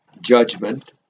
judgment